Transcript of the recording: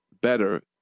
better